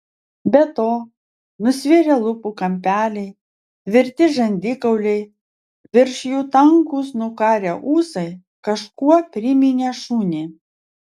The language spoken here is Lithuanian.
be to nusvirę lūpų kampeliai tvirti žandikauliai virš jų tankūs nukarę ūsai kažkuo priminė šunį